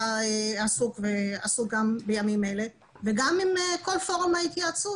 עסוק ועסוק גם בימים אלה וגם עם כל פורום ההתייעצות.